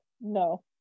No